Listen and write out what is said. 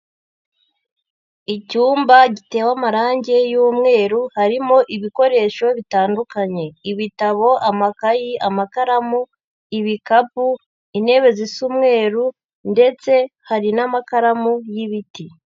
Icyumba gitewe amarangi y'umweru harimo ibikoresho bitandukanye. Ibitabo, amakayi amakaramu, ibikapu intebe zisa umweru ndetse hari n'amakaramu y'ibiti.